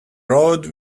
road